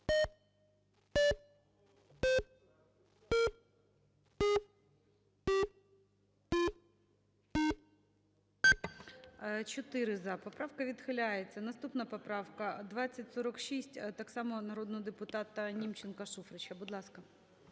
За-4 Поправка відхиляється. Наступна поправка 2046. Так само народного депутата Німченка, Шуфрича. Будь ласка.